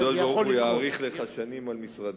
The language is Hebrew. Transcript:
הקדוש-ברוך-הוא יאריך לך שנים על משרתך.